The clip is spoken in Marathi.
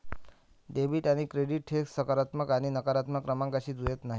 डेबिट आणि क्रेडिट थेट सकारात्मक आणि नकारात्मक क्रमांकांशी जुळत नाहीत